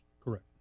Correct